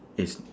is